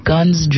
Guns